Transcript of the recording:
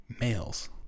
Males